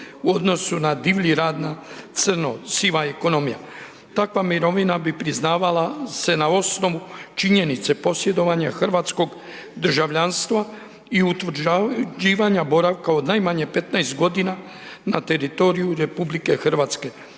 u odnosu na divlji rad na crno, siva ekonomija. Takva mirovina bi priznavala se na osnovu činjenice posjedovanja hrvatskog državljanstva i utvrđivanja boravka od najmanje 15 g. na teritoriju RH.